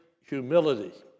humility